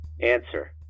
Answer